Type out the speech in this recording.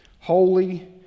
Holy